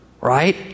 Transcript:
right